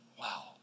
Wow